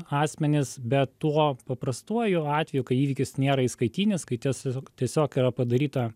asmenis bet tuo paprastuoju atveju kai įvykis nėra įskaitinis kai tiesiog tiesiog yra padaryta